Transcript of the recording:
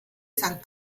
san